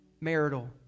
marital